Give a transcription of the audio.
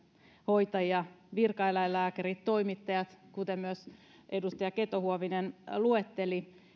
hoitajia virkaeläinlääkärit toimittajat kuten myös edustaja keto huovinen luetteli